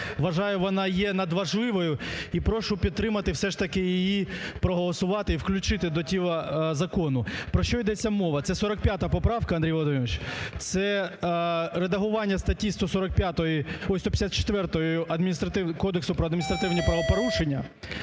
вважаю вона є надважливою і прошу підтримати, все ж таки її проголосувати і включити до тіла закону. Про що йдеться мова? Це 45 поправка, Андрій Володимирович, це редагування статті 154 Кодексу про адміністративні правопорушення.